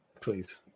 Please